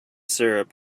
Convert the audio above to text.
syrup